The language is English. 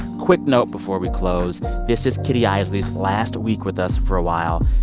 quick note before we close this is kitty eisele's last week with us for a while.